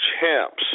Champs